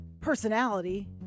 personality